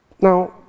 Now